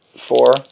four